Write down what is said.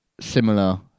similar